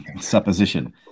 supposition